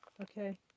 okay